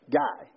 guy